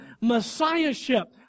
Messiahship